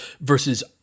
versus